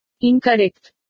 Incorrect